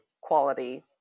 quality